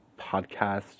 podcast